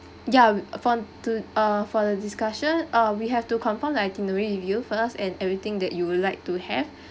ya we from to uh for the discussion uh we have to confirm the itinerary with you first and everything that you would like to have